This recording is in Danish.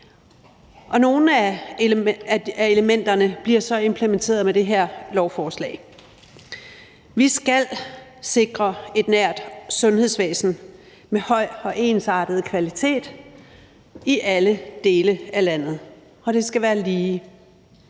nogle af elementerne bliver så implementeret med det her lovforslag. Vi skal sikre et nært sundhedsvæsen med høj og ensartet kvalitet i alle dele af landet, og det skal være lige.